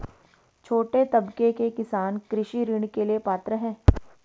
छोटे तबके के किसान कृषि ऋण के लिए पात्र हैं?